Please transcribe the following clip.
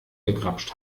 gegrapscht